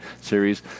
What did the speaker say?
series